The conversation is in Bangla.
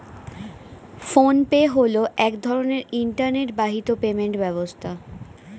ফোন পে হলো এক ধরনের ইন্টারনেট বাহিত পেমেন্ট ব্যবস্থা